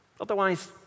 Otherwise